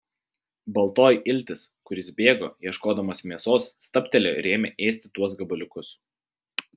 baltoji iltis kuris bėgo ieškodamas mėsos stabtelėjo ir ėmė ėsti tuos gabaliukus